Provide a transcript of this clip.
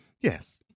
Yes